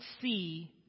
see